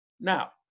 Now